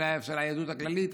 של היהדות הכללית,